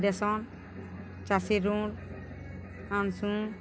ଦେସନ୍ ଚାଷୀ ଋଣ୍ ଆନ୍ସୁ